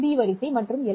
B வரிசை மற்றும் L